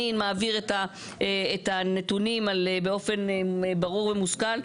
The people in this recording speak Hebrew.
מעביר את הנתונים באופן ברור ומושכל,